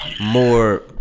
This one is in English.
more